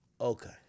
Okay